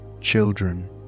Children